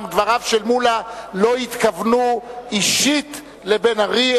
אולם דבריו של מולה לא התכוונו אישית לבן-ארי,